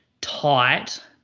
tight